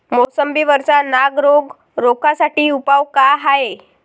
मोसंबी वरचा नाग रोग रोखा साठी उपाव का हाये?